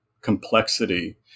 complexity